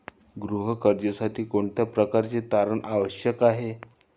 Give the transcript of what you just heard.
गृह कर्जासाठी कोणत्या प्रकारचे तारण आवश्यक आहे?